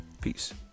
peace